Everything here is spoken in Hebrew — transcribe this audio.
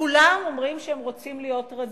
כולם אומרים שהם רוצים להיות רזים,